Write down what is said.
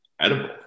edible